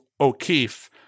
O'Keefe